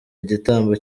igitambo